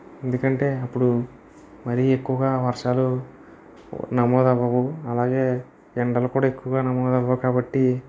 ఎందుకంటే అప్పుడు మరీ ఎక్కువగా వర్షాలు నమోదు అవ్వవు అలాగే ఎండలు కూడా ఎక్కువ నమోదు అవ్వవు కాబట్టి